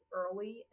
early